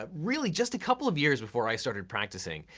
ah really, just a couple of years before i started practicing,